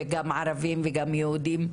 וגם ערבים וגם יהודים,